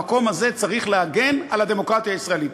המקום הזה צריך להגן על הדמוקרטיה הישראלית.